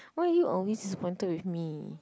why you always disappointed with me